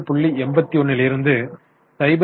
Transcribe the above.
81 லிருந்து 0